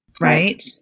Right